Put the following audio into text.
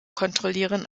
kontrollieren